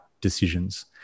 decisions